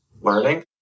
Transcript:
learning